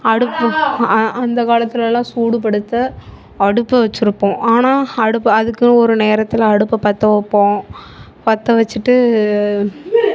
அடுப்பு அந்த காலத்துலலாம் சூடுப்படுத்த அடுப்பு வச்சுருப்போம் ஆனால் அடுப்பு அதுக்கு ஒரு நேரத்தில் அடுப்பு பற்ற வைப்போம் பற்ற வைச்சிட்டு